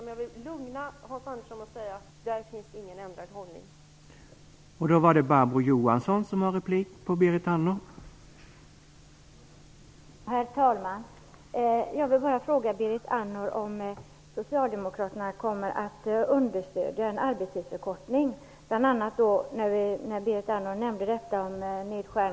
Men jag vill lugna Hans Andersson genom att säga att vi socialdemokrater inte har ändrat inställning till detta.